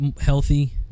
healthy